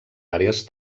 àrees